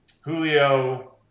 Julio